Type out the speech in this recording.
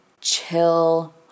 chill